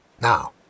Now